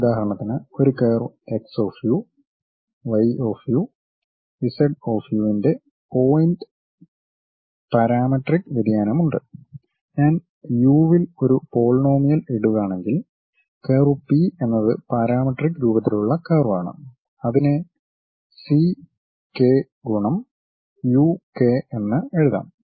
ഉദാഹരണത്തിന് ഒരു curve x of u y of u z of u ന്റെ point parametric വ്യതിയാനമുണ്ട് ഞാൻ യു വിൽ ഒരു പോളിനോമിയൽ ഇടുവാണെങ്കിൽ കർവ് പി എന്നത് പാരാമെട്രിക് രൂപത്തിലുള്ള കർവ് ആണ് അതിനെ സി കേ ഗുണം യു കേ എന്ന് എഴുതാം